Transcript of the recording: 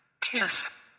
Kiss